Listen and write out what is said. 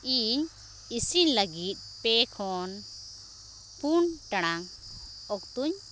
ᱤᱧ ᱤᱥᱤᱱ ᱞᱟᱜᱤᱫ ᱯᱮ ᱠᱷᱚᱱ ᱯᱩᱱ ᱴᱟᱲᱟᱝ ᱚᱠᱛᱚᱧ